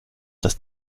das